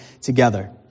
together